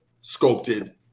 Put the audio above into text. sculpted